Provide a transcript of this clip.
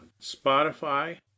Spotify